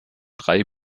drei